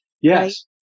yes